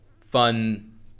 fun